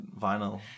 vinyl